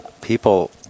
people